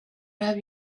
have